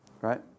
Right